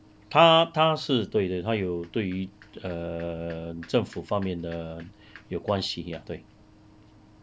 他他是对对他有对于 err 政府方面的有关系 ya 对